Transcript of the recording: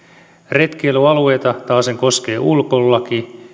retkeilyalueita taasen koskee ulkoilulaki